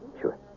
Sure